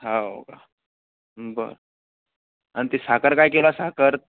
हो का बरं आणि ती साखर काय किलो आ साखर